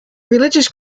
religious